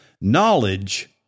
Knowledge